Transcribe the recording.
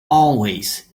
always